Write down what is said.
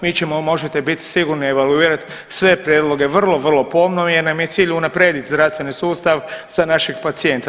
Mi ćemo, možete bit sigurni, evaluirat sve prijedloge vrlo vrlo pomno jer nam je cilj unaprijedit zdravstveni sustav za našeg pacijenta.